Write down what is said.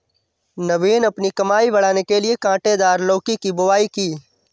नवीन अपनी कमाई बढ़ाने के लिए कांटेदार लौकी की बुवाई की